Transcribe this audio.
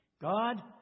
God